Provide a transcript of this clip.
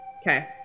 Okay